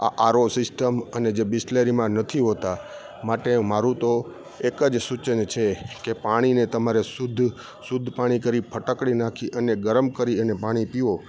RO system અને જે બિસલેરીમાં નથી હોતા માટે મારું તો એકજ સૂચન છે કે પાણીને તમારે શુદ્ધ શુદ્ધ પાણી કરી ફટકડી નાખી અને ગરમ કરી અને પાણી પીવો